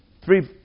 three